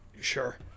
Sure